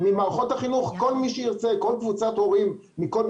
אתם שמעתם מקופות החולים שקופות החולים מנגישות